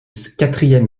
quatrième